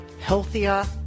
healthier